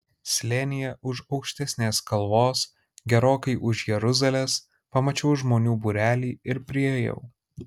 slėnyje už aukštesnės kalvos gerokai už jeruzalės pamačiau žmonių būrelį ir priėjau